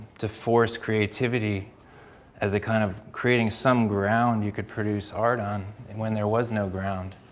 to force creativity as a kind of creating some ground, you could produce art on and when there was no ground.